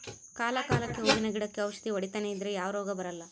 ಕಾಲ ಕಾಲಕ್ಕೆಹೂವಿನ ಗಿಡಕ್ಕೆ ಔಷಧಿ ಹೊಡಿತನೆ ಇದ್ರೆ ಯಾವ ರೋಗ ಬರಲ್ಲ